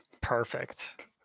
Perfect